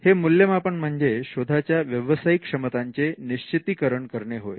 हे मूल्यमापन म्हणजे शोधाच्या व्यवसायिक क्षमतांचे निश्चितीकरण करणे होय